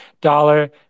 dollar